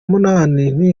munani